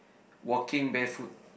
walking barefoot